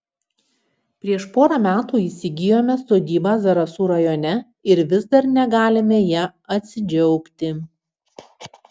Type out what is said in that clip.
prieš porą metų įsigijome sodybą zarasų rajone ir vis dar negalime ja atsidžiaugti